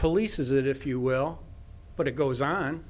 polices it if you will but it goes on